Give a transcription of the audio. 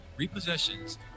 repossessions